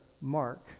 mark